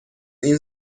این